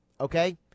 okay